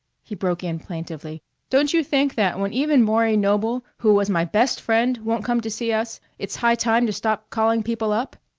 he broke in plaintively don't you think that when even maury noble, who was my best friend, won't come to see us it's high time to stop calling people up?